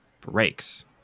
breaks